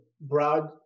broad